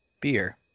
beer